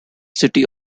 city